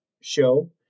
show